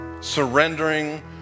surrendering